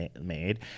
made